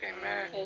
Amen